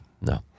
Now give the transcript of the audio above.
no